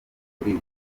kuri